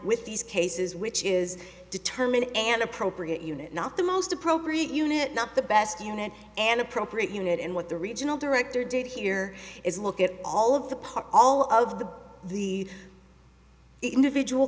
with these cases which is determine an appropriate unit not the most appropriate unit not the best unit an appropriate unit and what the regional director did here is look at all of the parts all of the the individual